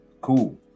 Cool